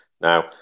Now